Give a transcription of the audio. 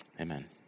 Amen